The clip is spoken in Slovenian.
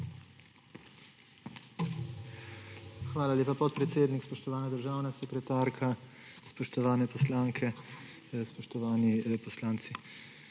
Hvala lepa, podpredsednik. Spoštovana državna sekretarka, spoštovane poslanke, spoštovani poslanci!